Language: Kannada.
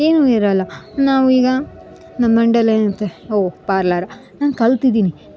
ಏನೂ ಇರಲ್ಲ ನಾವು ಈಗ ನಮ್ಮ ಮಂಡೆಲಿ ಏನು ಇರುತ್ತೆ ಓ ಪಾರ್ಲರ್ ನಾನು ಕಲ್ತಿದ್ದೀನಿ